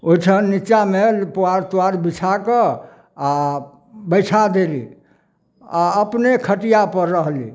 ओहिठाम निचामे पुआर तुआर बिछाकऽ आ बैठा देली आ अपने खटिया पर रहली